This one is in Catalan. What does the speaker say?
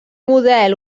model